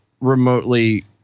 remotely